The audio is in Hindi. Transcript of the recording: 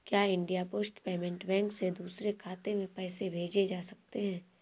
क्या इंडिया पोस्ट पेमेंट बैंक से दूसरे खाते में पैसे भेजे जा सकते हैं?